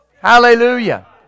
Hallelujah